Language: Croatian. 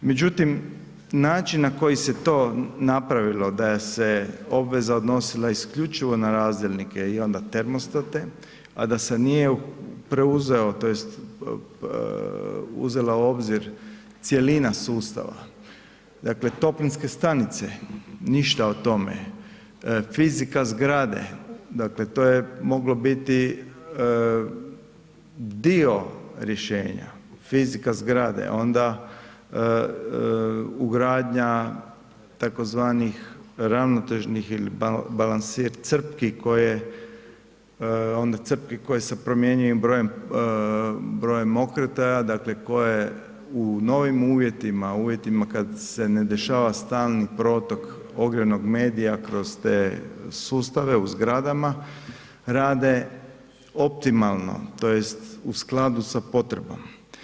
Međutim način na koji se to napravilo da se obveza odnosila isključivo na razdjelnike i onda termostate a da se nije preuzeo tj. uzela u obzir cjelina sustava, dakle toplinske stanice, ništa o tome, fizika zgrade, dakle to je moglo biti dio rješenja, fizika zgrade, onda ugradnja tzv. ravnotežnih ili balansir crpki koje onda crpki koju sa promjenjivim brojem okretaja, dakle koje u novim uvjetima, uvjetima kad se ne dešava stalni protok ogrjevnog medija kroz te sustave u zgradama, rade optimalno, tj. u skladu sa potrebom.